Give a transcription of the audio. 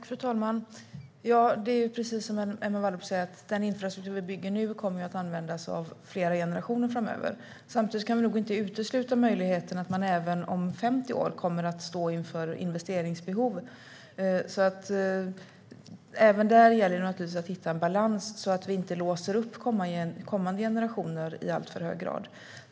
Fru talman! Precis som Emma Wallrup säger kommer den infrastruktur som vi bygger nu att användas av flera generationer framöver. Samtidigt kan vi nog inte utesluta möjligheten att man även om 50 år kommer att stå inför investeringsbehov. Även här gäller det naturligtvis att hitta en balans så att vi inte låser upp kommande generationer i alltför hög grad.